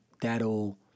that'll